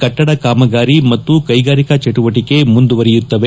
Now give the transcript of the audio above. ಕಟ್ಟಡ ಕಾಮಗಾರಿ ಮತ್ತು ಕ್ಲೆಗಾರಿಕಾ ಚಟುವಟಿಕೆ ಮುಂದುವರಿಯುತ್ತದೆ